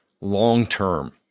long-term